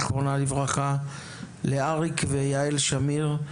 זיכרונה לברכה; לאריק ויעל שמיר,